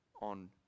on